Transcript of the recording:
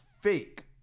fake